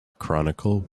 chronicle